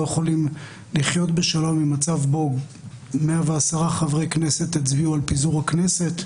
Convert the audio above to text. לא יכולים לחיות בשלום עם מצב שבו 110 חברי כנסת הצביעו על פיזור הכנסת,